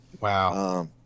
Wow